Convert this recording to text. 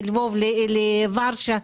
מלבוב לורשה,